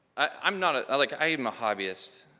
i'm not, ah like i am a hobbyist.